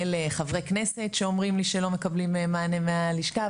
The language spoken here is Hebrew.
לחברי כנסת שאומרים לי שלא מקבלים מענה מהלשכה,